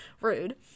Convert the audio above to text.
Rude